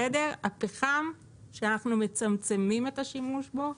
הפחם שאנחנו מצמצמים את השימוש בו,